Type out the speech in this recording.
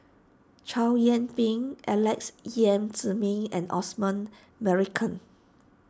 Chow Yian Ping Alex Yam Ziming and Osman Merican